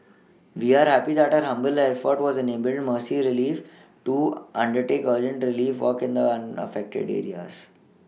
we are happy that our humble effort has enabled Mercy Relief to undertake urgent Relief work in the affected areas